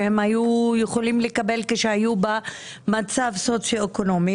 שהם היו יכולים לקבל כשהיו במצב סוציואקונומי